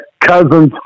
cousin's